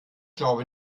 glaube